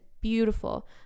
beautiful